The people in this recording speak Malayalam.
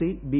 C B